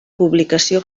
publicació